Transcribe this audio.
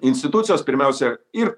institucijos pirmiausia ir